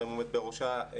עומד בראשה,